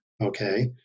okay